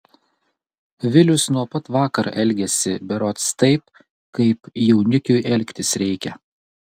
vilius nuo pat vakar elgiasi berods taip kaip jaunikiui elgtis reikia